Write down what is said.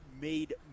made